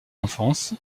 enfance